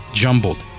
jumbled